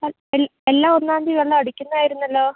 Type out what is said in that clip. എല്ലാ എല്ലാ ഒന്നാം തിയതിയും വെള്ളം അടിക്കുന്നതായിരുന്നല്ലൊ